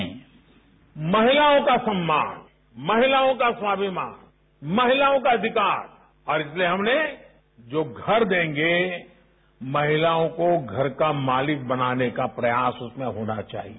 sound bite महिलाओं का सम्मान महिलाओं का स्वाभिमान महिलाओं का अधिकार और इसलिए हमने जो घर देंगे महिलाओं को घर का मालिक बनाने का उसमें प्रयास होना चाहिए